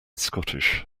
scottish